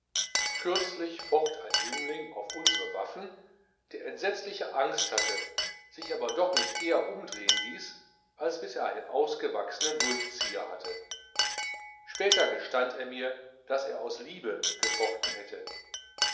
kürzlich focht ein jüngling auf unsre waffen der entsetzliche angst hatte sich aber doch nicht eher umdrehen ließ als bis er einen ausgewachsenen durchzieher hatte später gestand er mir daß er aus liebe gefochten hätte